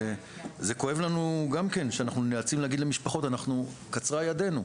וזה כואב לנו גם כן שאנחנו נאלצים להגיד למשפחות שקצרה ידנו,